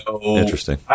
Interesting